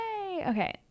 Okay